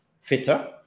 fitter